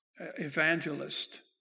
evangelist